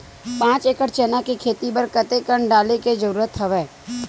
पांच एकड़ चना के खेती बर कते कन डाले के जरूरत हवय?